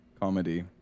comedy